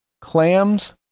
clams